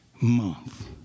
month